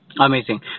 Amazing